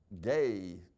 gay